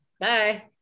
Bye